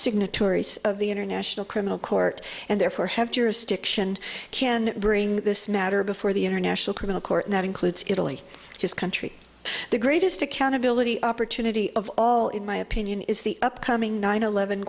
signatories of the international criminal court and therefore have jurisdiction can bring this matter before the international criminal court and that includes italy his country the greatest accountability opportunity of all in my opinion is the upcoming nine eleven